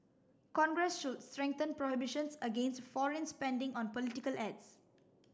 congress should strengthen prohibitions against foreign spending on political ads